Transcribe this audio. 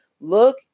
Look